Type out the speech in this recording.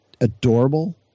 adorable